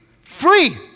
free